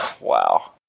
wow